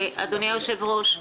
אדוני היושב-ראש,